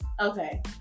Okay